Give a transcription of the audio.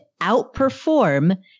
outperform